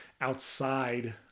outside